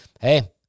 hey